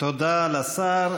תודה לשר.